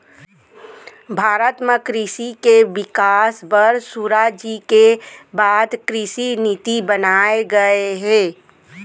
भारत म कृसि के बिकास बर सुराजी के बाद कृसि नीति बनाए गये हे